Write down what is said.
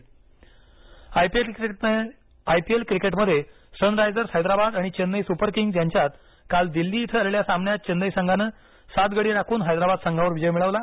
cricket I P L क्रिकेटमध्ये Sunrisers Hyderabad आणि Chennai Super Kings यांच्यात काल दिल्ली इथं झालेल्या सामन्यात चेन्नई संघानं सात गडी राखून हैद्राबाद संघावर विजय मिळवला